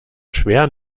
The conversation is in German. schwer